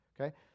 Okay